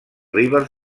ribes